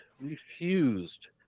refused